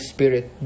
Spirit